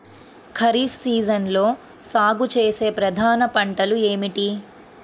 ఖరీఫ్ సీజన్లో సాగుచేసే ప్రధాన పంటలు ఏమిటీ?